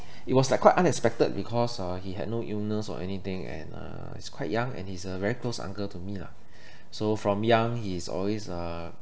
it was like quite unexpected because uh he had no illness or anything and uh he's quite young and he's a very close uncle to me lah so from young he's always uh